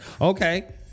okay